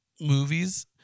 movies